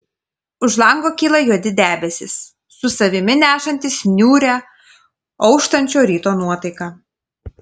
už lango kyla juodi debesys su savimi nešantys niūrią auštančio ryto nuotaiką